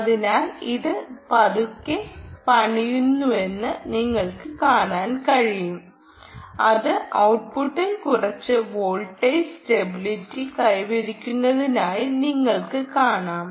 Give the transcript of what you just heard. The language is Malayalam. അതിനാൽ ഇത് പതുക്കെ പണിയുന്നുവെന്ന് നിങ്ങൾക്ക് കാണാൻ കഴിയും അത് ഔട്ട്പുട്ടിൽ കുറച്ച് വോൾട്ടേജ് സ്റ്റെബിലിറ്റി കൈവരിക്കുന്നതായി നിങ്ങൾക്ക് കാണാം